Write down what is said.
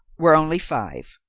were only five.